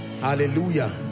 Hallelujah